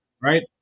Right